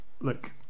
look